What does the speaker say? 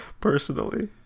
personally